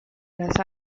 las